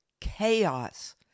chaos